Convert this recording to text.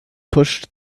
pushed